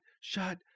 shut